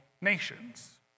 nations